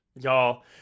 y'all